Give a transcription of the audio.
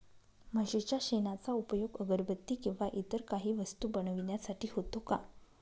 म्हशीच्या शेणाचा उपयोग अगरबत्ती किंवा इतर काही वस्तू बनविण्यासाठी होतो का?